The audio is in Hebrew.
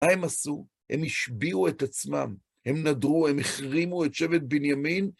מה הם עשו? הם השביעו את עצמם, הם נדרו, הם החרימו את שבט בנימין